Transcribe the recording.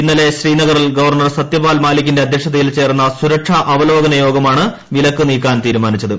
ഇന്നലെ ശ്രീനഗറിൽ ഗവർണർ സത്യപാൽ മാലിക്കിന്റെ അധ്യക്ഷതയിൽ ചേർന്ന സുരക്ഷാ അവലോകനയോഗമാണ് വിലക്ക് നീക്കാൻ തീരുമാനിച്ചത്